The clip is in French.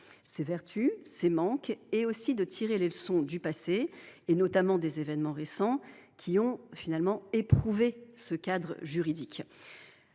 ses vertus, ses manques, et aussi de tirer les leçons du passé, notamment des événements récents qui ont éprouvé ce cadre juridique.